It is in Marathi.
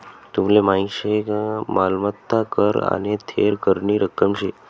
तुमले माहीत शे का मालमत्ता कर आने थेर करनी रक्कम शे